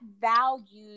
values